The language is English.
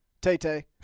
Tay-Tay